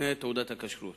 הכשרות